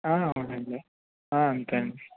అవునండి అంతేనండి